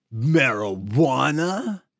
marijuana